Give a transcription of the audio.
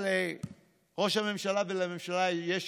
לראש הממשלה ולממשלה יש יתרון,